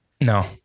no